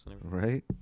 right